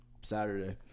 Saturday